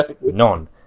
none